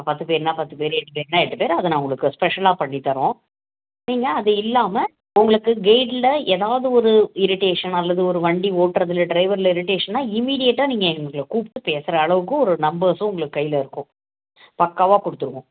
பத்துப் பேர்னா பத்துப் பேர் எட்டு பேர்னா எட்டுப் பேர் அதை நான் உங்களுக்கு ஸ்பெஷலாக பண்ணித் தரோம் நீங்கள் அது இல்லாமல் உங்களுக்கு கெய்ட்டில எதாவது ஒரு இரிட்டேஷன் அல்லது ஒரு வண்டி ஓட்டுறதுல ட்ரைவரில் இரிட்டேஷன்னா இமீடியட்டாக நீங்கள் எங்களை கூப்பிட்டு பேசுகிற அளவுக்கு ஒரு நம்பர்ஸும் உங்களுக்கு கையில இருக்கும் பக்காவாக கொடுத்துருவோம்